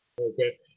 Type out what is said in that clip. Okay